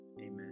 Amen